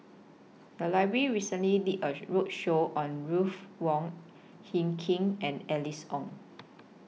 The Library recently did A roadshow on Ruth Wong Hie King and Alice Ong